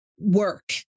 Work